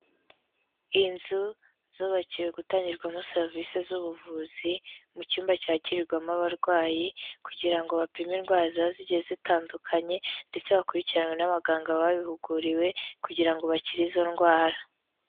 Inzu zubakiwe gutangirwamo serivisi z'ubuvuzi mu cyumba cyakirirwamo abarwayi kugira ngo bapime indwara ziba zigiye zitandukanye ndetse bakurikiranwe n'abaganga babihuguriwe kugira ngo bakire izo ndwara.